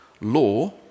law